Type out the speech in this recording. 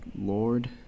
lord